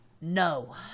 No